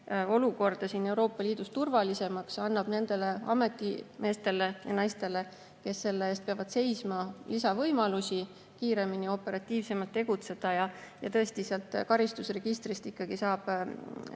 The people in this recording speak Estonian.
olukorda siin Euroopa Liidus turvalisemaks, annab nendele ametimeestele ja ‑naistele, kes selle eest peavad seisma, lisavõimalusi kiiremini ja operatiivsemalt tegutseda. Tõesti, sealt karistusregistrist saab